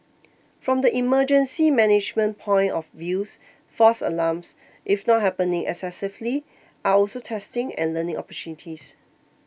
from the emergency management point of views false alarms if not happening excessively are also testing and learning opportunities